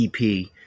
EP